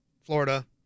Florida